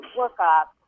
workup